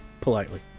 politely